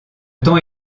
temps